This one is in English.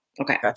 Okay